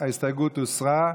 ההסתייגות הוסרה.